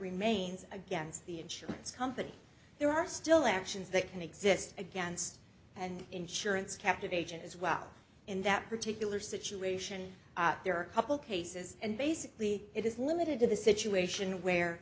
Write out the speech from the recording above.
remains against the insurance company there are still actions that can exist against and insurance captivation as well in that particular situation there are a couple cases and basically it is limited to the situation where